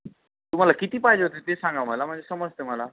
तुम्हाला किती पाहिजे होते ते सांगा मला म्हणजे समजते मला